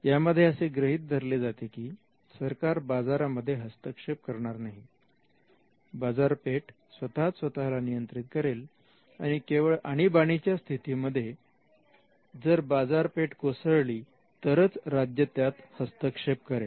यामध्ये असे गृहीत धरले जाते की सरकार बाजारामध्ये हस्तक्षेप करणार नाही बाजारपेठ स्वतःच स्वतःला नियंत्रित करेल आणि केवळ आणीबाणीच्या स्थितीमध्ये जर बाजारपेठ कोसळली तरच राज्य त्यात हस्तक्षेप करेल